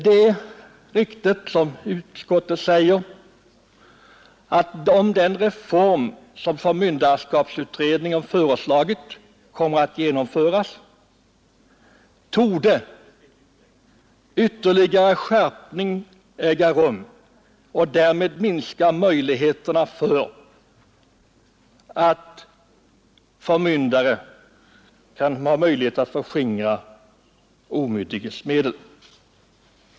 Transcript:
Det är riktigt, som utskottsmajoriteten anför, att den reform som förmynderskapsutredningen föreslagit, om den genomförs, ytterligare torde minska den redan relativt ringa risken för att omyndiga tillfogas ekonomiska förluster genom oredlighet från förmyndarens sida.